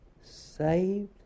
saved